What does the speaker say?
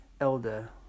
Elder